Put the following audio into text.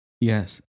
Yes